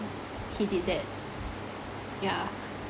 he did that yeah